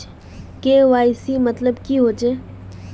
KYC मतलब की होचए?